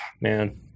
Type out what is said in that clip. man